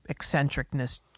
eccentricness